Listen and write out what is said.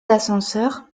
ascenseurs